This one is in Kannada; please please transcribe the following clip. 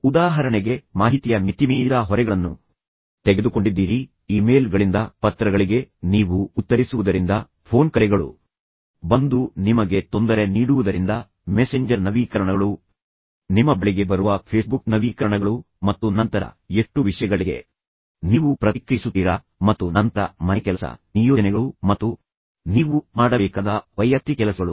ಉದಾಹರಣೆಗೆ ಮಾಹಿತಿಯ ಮಿತಿಮೀರಿದ ಹೊರೆಗಳನ್ನು ತೆಗೆದುಕೊಂಡಿದ್ದೀರಿ ಇಮೇಲ್ ಗಳಿಂದ ಪತ್ರಗಳಿಗೆ ನೀವು ಉತ್ತರಿಸುವುದರಿಂದ ಫೋನ್ ಕರೆಗಳು ಬಂದು ನಿಮಗೆ ತೊಂದರೆ ನೀಡುವುದರಿಂದ ಮೆಸೆಂಜರ್ ನವೀಕರಣಗಳು ನಿಮ್ಮ ಬಳಿಗೆ ಬರುವ ಫೇಸ್ಬುಕ್ ನವೀಕರಣಗಳು ಮತ್ತು ನಂತರ ಎಷ್ಟು ವಿಷಯಗಳಿಗೆ ನೀವು ಪ್ರತಿಕ್ರಿಯಿಸುತ್ತೀರಾ ಮತ್ತು ನಂತರ ಮನೆಕೆಲಸ ನಿಯೋಜನೆಗಳು ಮತ್ತು ನಂತರ ನೀವು ಮಾಡಬೇಕಾದ ಕೆಲಸಗಳು ಮತ್ತು ಅದರ ಹೊರತಾಗಿ ನೀವು ಮಾಡಬೇಕಾದ ವೈಯಕ್ತಿಕ ಕೆಲಸಗಳು